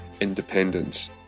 independence